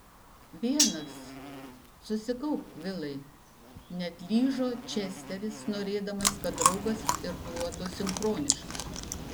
vienas susikaupk vilai neatlyžo česteris norėdamas kad draugas irkluotų sinchroniškai